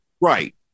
right